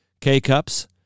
K-Cups